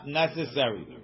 necessary